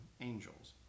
angels